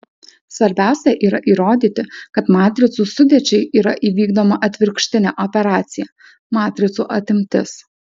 svarbiausia yra įrodyti kad matricų sudėčiai yra įvykdoma atvirkštinė operacija matricų atimtis